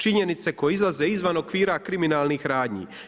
Činjenice koje izlaze izvan okvira kriminalnih radnji.